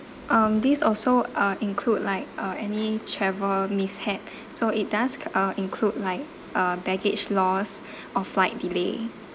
um these also uh include like uh any travel mishaps so it does uh include like uh baggage loss or flight delay